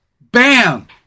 bam